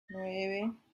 nueve